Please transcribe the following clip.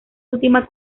última